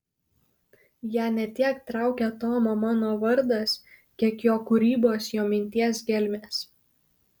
ją ne tiek traukia tomo mano vardas kiek jo kūrybos jo minties gelmės